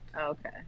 Okay